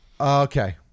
Okay